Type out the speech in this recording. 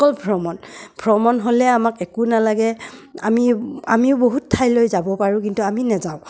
অকল ভ্ৰমণ ভ্ৰমণ হ'লে আমাক একো নালাগে আমি আমিও বহুত ঠাইলৈ যাব পাৰোঁ কিন্তু আমি নাযাওঁ